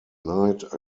night